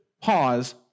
pause